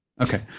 Okay